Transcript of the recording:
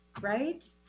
right